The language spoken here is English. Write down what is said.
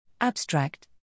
Abstract